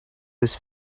was